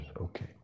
okay